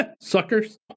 Suckers